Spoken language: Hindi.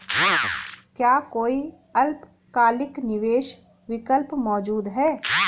क्या कोई अल्पकालिक निवेश विकल्प मौजूद है?